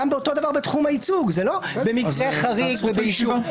אותו דבר בתחום הייצוג זה לא במקרה חריג או באישור,